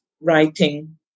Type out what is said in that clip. writing